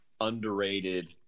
underrated